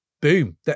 boom